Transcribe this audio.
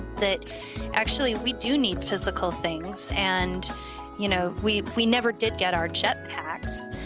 that actually, we do need physical things and you know we we never did get our jetpacks,